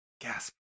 Gasp